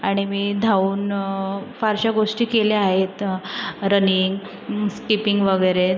आणि मी धावून फारशा गोष्टी केल्या आहेत रनिंग स्किपींग वगैरे